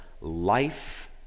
life